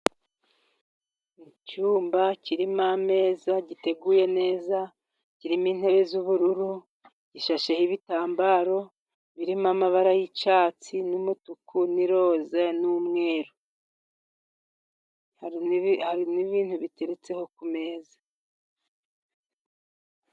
Icyumba kirimo ameza giteguye neza, kirimo intebe z'ubururu, gishasheho ibitambaro birimo amabara y'icyatsi ,n'umutuku, n' iroza ,n'umweru. Hari n'ibintu biteretseho ku meza.